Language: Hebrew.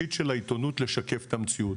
התפקיד של העיתונות לשקף את המציאות.